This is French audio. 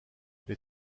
les